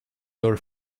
your